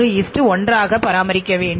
33 1 ஆக பராமரிக்க வேண்டும்